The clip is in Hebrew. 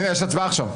הינה יש הצבעה עכשיו.